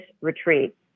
retreat